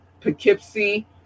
poughkeepsie